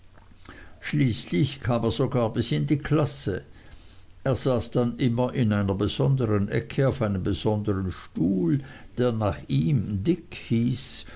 schließlich kam er sogar bis in die klasse er saß dann immer in einer besondern ecke auf einem besondern stuhl der nach ihm dick hieß